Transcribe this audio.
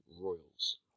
Royals